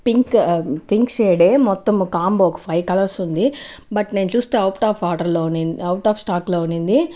pink pink షేడే మొత్తం combo ఒక ఫైవ్ కలర్స్ ఉంది బట్ నేను చూస్తే అవుట్ ఆఫ్ ఆర్డర్లో ఉండింది అవుట్ ఆఫ్ స్టాక్లో ఉండింది